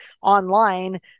online